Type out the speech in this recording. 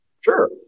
Sure